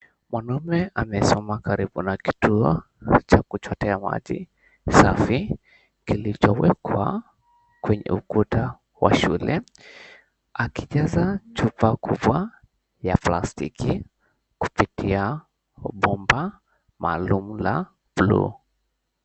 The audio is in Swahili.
Mwanaume amesimama karibu na kituo cha kuchotea maji safi kilicho wekwa kwenye ukuta wa shulle akijaza chupa kubwa ya plastiki kupitia bomba maalum la bluu.